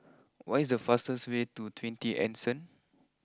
what is the fastest way to twenty Anson